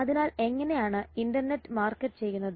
അതിനാൽ എങ്ങനെയാണ് internet market ചെയ്യുന്നത്